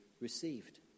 received